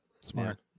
Smart